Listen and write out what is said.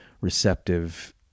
receptive